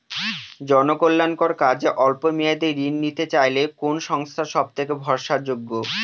জনকল্যাণকর কাজে অল্প মেয়াদী ঋণ নিতে চাইলে কোন সংস্থা সবথেকে ভরসাযোগ্য?